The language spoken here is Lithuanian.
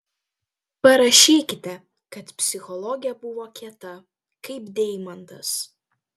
parašykite kad psichologė buvo kieta kaip deimantas